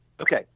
Okay